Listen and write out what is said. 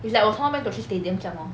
it's like 我从那边走去 stadium 这样 lor